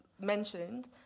mentioned